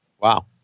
Wow